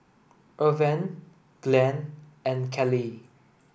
Irven Glenn and Callie